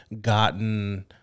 gotten